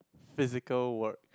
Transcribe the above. physical work